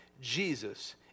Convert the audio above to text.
Jesus